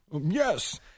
Yes